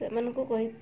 ସେମାନଙ୍କୁ କହି